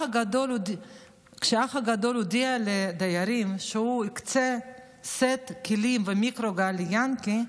כשהאח הגדול הודיע לדיירים שהוא מקצה סט כלים ומיקרוגל ליענקי,